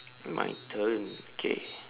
my turn okay